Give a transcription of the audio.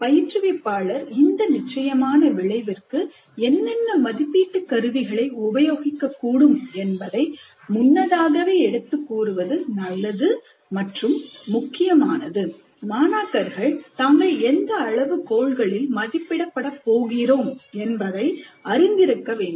பயிற்றுவிப்பாளர் இந்த நிச்சயமான விளைவிற்கு என்னென்ன மதிப்பீட்டு கருவிகளை உபயோகிக்க கூடும் என்பதை முன்னதாகவே எடுத்துக் கூறுவது நல்லது மற்றும் முக்கியமானது மாணாக்கர்கள் தாங்கள் எந்த அளவு கோள்களில் மதிப்பிடப்பட போகிறோம் என்பதை அறிந்திருக்க வேண்டும்